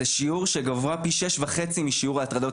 זה שיעור שגבוה פי שש וחצי משיעור ההטרדות